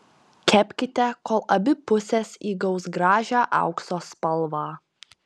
kepkite kol abi pusės įgaus gražią aukso spalvą